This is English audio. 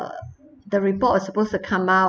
uh the report was supposed to come out